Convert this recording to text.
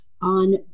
on